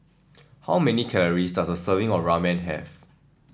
how many calorie does a serving of Ramen have